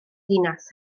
ddinas